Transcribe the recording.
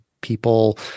people